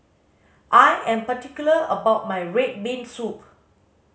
I am particular about my red bean soup